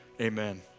Amen